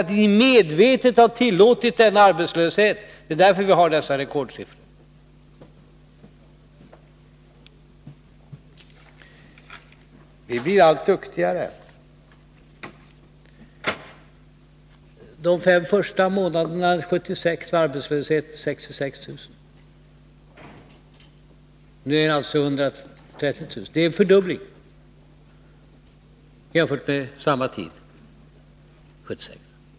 Ni har medvetet tillåtit denna arbetslöshet. Det är därför som vi har dessa rekordsiffror. Ni blir allt duktigare. De fem första månaderna 1976 var arbetslösheten 66 000. Nu är den alltså 130000. Det är en fördubbling jämfört med arbetslösheten samma tid 1976.